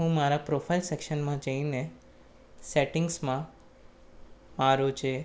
હું મારા પ્રોફાઇલ સેક્શનમાં જઈને સેટિંગ્સમાં આરો છે